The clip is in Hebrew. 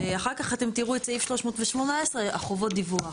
ואחר כך אתם תראו את סעיף 318 חובות הדיווח.